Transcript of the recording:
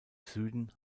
süden